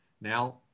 Now